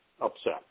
upset